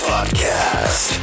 Podcast